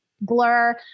blur